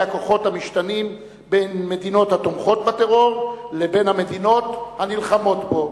הכוחות המשתנים בין המדינות התומכות בטרור לבין המדינות הנלחמות בו.